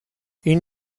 این